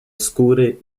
skóry